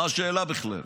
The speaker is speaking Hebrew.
מה השאלה בכלל?